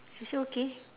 she say okay